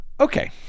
Okay